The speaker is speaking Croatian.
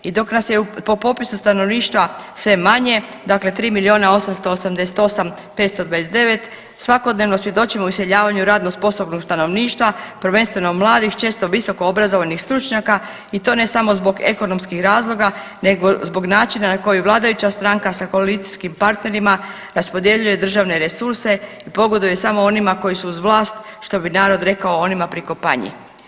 I dok nas je po popisu stanovništva sve manje, dakle 3 milijuna 888 529 svakodnevno svjedočimo iseljavanju radno sposobnog stanovništva prvenstveno mladih, često visoko obrazovanih stručnjaka i to ne samo zbog ekonomskih razloga nego zbog načina na koji vladajuća stranka sa koalicijskim partnerima raspodjeljuje državne resurse i pogoduje samo onima koji su uz vlast što bi narod rekao „onima pri kopanji“